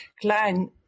klein